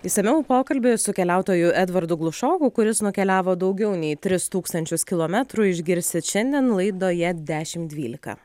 išsamiau pokalbį su keliautoju edvardu glušoku kuris nukeliavo daugiau nei tris tūkstančius kilometrų išgirsit šiandien laidoje dešim dvylika